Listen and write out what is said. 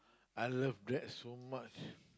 I love Grab so much